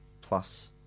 plus